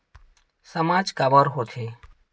सामाज काबर हो थे?